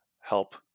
help